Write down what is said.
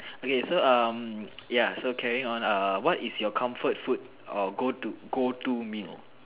okay so um ya so carrying on what is your comfort food or go to go to meal